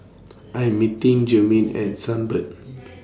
I'm meeting Jermaine At Sunbird